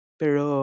pero